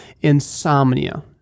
insomnia